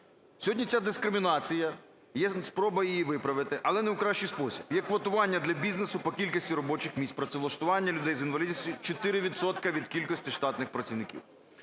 Сьогодні ця дискримінація, є спроба її виправити, але не в кращій спосіб – є квотування для бізнесу по кількості робочих місць, працевлаштування людей з інвалідністю 4 відсотки від кількості штатних працівників.